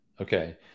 Okay